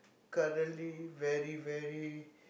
currently very very